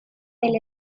del